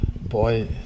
boy